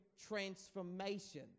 transformation